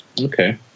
Okay